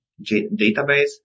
database